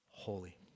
holy